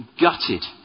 gutted